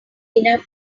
enough